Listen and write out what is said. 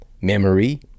memory